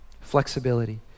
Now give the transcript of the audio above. flexibility